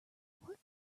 what